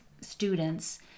students